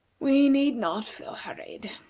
we need not feel hurried.